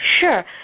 Sure